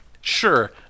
sure